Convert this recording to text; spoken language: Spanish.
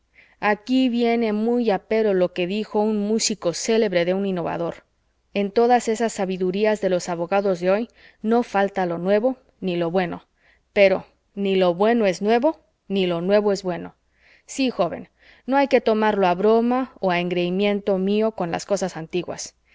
aquí viene muy a pelo lo que dijo un músico célebre de un innovador en todas esas sabidurías de los abogados de hoy no falta lo nuevo ni lo bueno pero ni lo bueno es nuevo ni lo nuevo es bueno sí joven no hay que tomarlo a broma o a engreimiento mío con las cosas antiguas